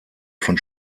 von